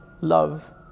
love